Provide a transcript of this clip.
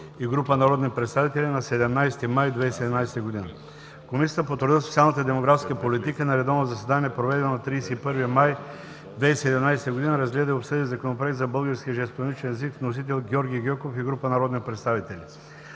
и група народни представители на 17 май 2017 г. Комисията по труда, социалната и демографска политика на редовно заседание, проведено на 31 май 2017 г., разгледа и обсъди Законопроект за българския жестомимичен език с вносител Георги Гьоков и група народни представители.